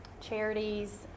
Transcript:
charities